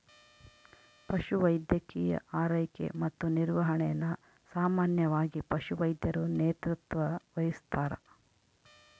ಪಶುವೈದ್ಯಕೀಯ ಆರೈಕೆ ಮತ್ತು ನಿರ್ವಹಣೆನ ಸಾಮಾನ್ಯವಾಗಿ ಪಶುವೈದ್ಯರು ನೇತೃತ್ವ ವಹಿಸ್ತಾರ